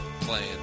playing